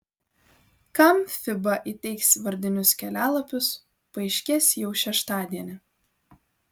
kam fiba įteiks vardinius kelialapius paaiškės jau šeštadienį